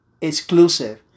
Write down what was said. exclusive